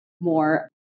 more